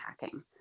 hacking